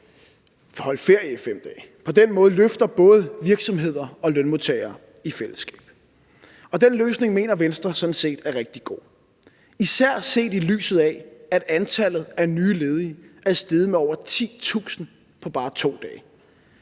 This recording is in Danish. holde ferie i 5 dage. På den måde løfter både virksomheder og lønmodtagere i fællesskab, og den løsning mener Venstre sådan set er rigtig god, især set i lyset af at antallet af nye ledige er steget med over 10.000 på bare 2 dage,